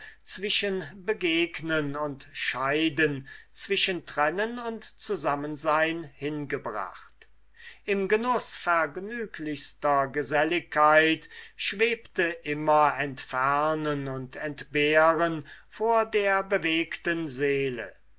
zwischen begegnen und scheiden zwischen trennen und zusammensein hingebracht im genuß vergnüglichster geselligkeit schwebte immer entfernen und entbehren vor der bewegten seele